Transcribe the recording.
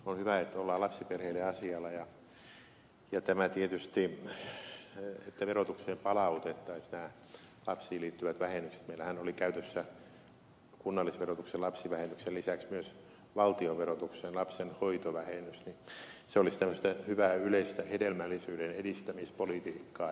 on hyvä että ollaan lapsiperheiden asialla ja tämä tietysti että verotukseen palautettaisiin nämä lapsiin liittyvät vähennykset meillähän oli käytössä kunnallisverotuksen lapsivähennyksen lisäksi myös valtionverotuksessa lapsenhoitovähennys olisi tämmöistä hyvää yleistä hedelmällisyyden edistämispolitiikkaa